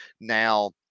now